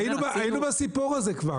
היינו בסיפור הזה כבר,